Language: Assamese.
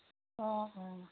অঁ অঁ